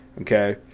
okay